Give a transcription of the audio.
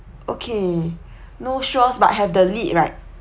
okay no straws but have the lid right